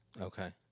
Okay